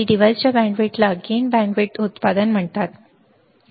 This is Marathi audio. आणि डिव्हाइसच्या बँडविड्थला गेन बँडविड्थ उत्पादन म्हणतात